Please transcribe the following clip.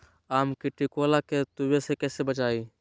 आम के टिकोला के तुवे से कैसे बचाई?